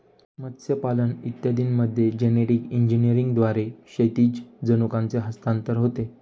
मत्स्यपालन इत्यादींमध्ये जेनेटिक इंजिनिअरिंगद्वारे क्षैतिज जनुकांचे हस्तांतरण होते